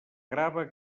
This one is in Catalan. grava